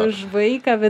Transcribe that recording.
už vaiką bet